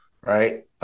right